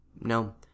No